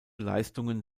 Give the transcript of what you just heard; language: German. leistungen